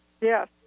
Yes